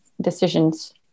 decisions